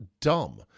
dumb